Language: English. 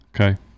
Okay